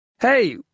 hey